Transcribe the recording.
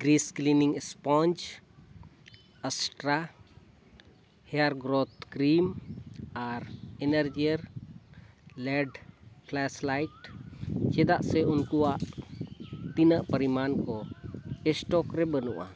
ᱜᱨᱤᱥ cleaning sponge ᱟᱥᱴᱨᱟ hair growth cream ᱟᱨ ᱤᱱᱟᱨᱡᱤᱭᱟᱨ ᱞᱮᱰ ᱯᱷᱮᱞᱮᱥ ᱞᱟᱭᱤᱴ ᱪᱮᱫᱟᱜ ᱥᱮ ᱩᱱᱠᱩᱭᱟᱜ ᱛᱤᱱᱟᱹᱜ ᱯᱚᱨᱤᱢᱟᱱ ᱠᱚ ᱥᱴᱚᱠ ᱨᱮ ᱵᱟᱹᱱᱩᱜᱼᱟ